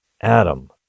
Adam